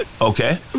Okay